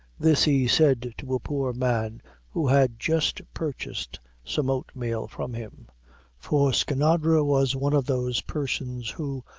this he said to a poor man who had just purchased some oat-meal from him for skinadre was one of those persons who,